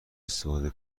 استفاده